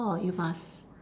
orh you must